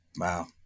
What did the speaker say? Wow